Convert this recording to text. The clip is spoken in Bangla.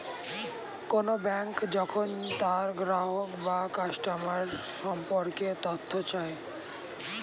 কোন ব্যাঙ্ক যখন তার গ্রাহক বা কাস্টমার সম্পর্কে তথ্য চায়